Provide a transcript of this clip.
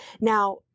Now